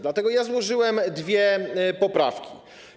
Dlatego złożyłem dwie poprawki.